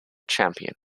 champion